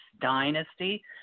dynasty